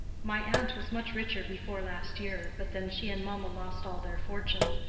my aunt was much richer before last year, but then she and mamma lost all their fortune.